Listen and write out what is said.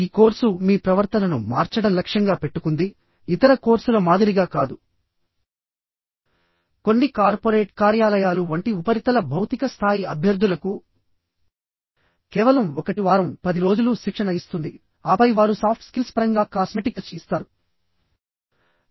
ఈ కోర్సు మీ ప్రవర్తనను మార్చడం లక్ష్యంగా పెట్టుకుంది ఇతర కోర్సుల మాదిరిగా కాదు కొన్ని కార్పొరేట్ కార్యాలయాలు వంటి ఉపరితల భౌతిక స్థాయి అభ్యర్థులకు కేవలం 1 వారం 10 రోజులు శిక్షణ ఇస్తుంది ఆపై వారు సాఫ్ట్ స్కిల్స్ పరంగా కాస్మెటిక్ టచ్ ఇస్తారు